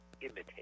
imitate